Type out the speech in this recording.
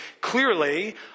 clearly